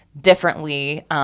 differently